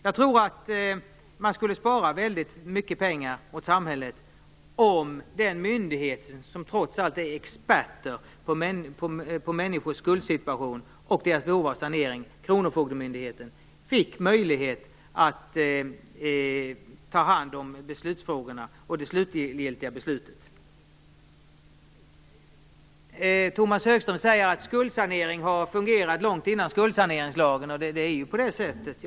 Jag tror att man skulle spara mycket pengar åt samhället om den myndighet som trots allt är expert på människors skuldsituation och deras behov av sanering, kronofogdemyndigheten, fick möjlighet att ta hand om beslutsfrågorna och det slutgiltiga beslutet. Tomas Högström säger att skuldsanering har fungerat långt innan skuldsaneringslagen kom till. Det är på det sättet.